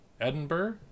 Edinburgh